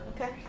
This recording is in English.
Okay